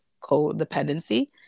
codependency